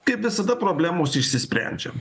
kaip visada problemos išsisprendžia